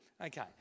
Okay